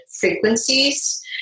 frequencies